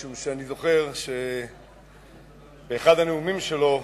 משום שאני זוכר שבאחד הנאומים שלו,